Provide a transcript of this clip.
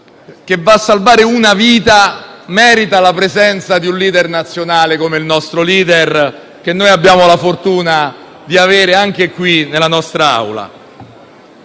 che va a salvare la vita merita la presenza di un *leader* nazionale come il nostro, che noi abbiamo la fortuna di avere qui nella nostra Aula.